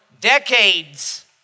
decades